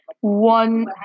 one